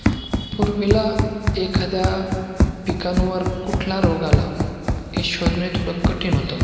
पूर्वीला एखाद्या पिकांवर कुठला रोग आला की शोधणे थोडं कठीण होतं